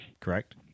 correct